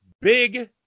big